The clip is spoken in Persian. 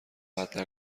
قطع